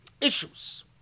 issues